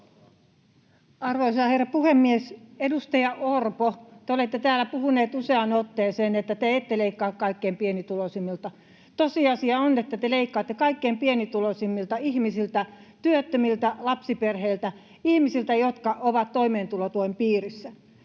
Arvoisa herra puhemies! Edustaja Orpo, te olette täällä puhunut useaan otteeseen, että te ette leikkaa kaikkein pienituloisimmilta. Tosiasia on, että te leikkaatte kaikkein pienituloisimmilta ihmisiltä: työttömiltä, lapsiperheiltä, ihmisiltä, jotka ovat toimeentulotuen piirissä.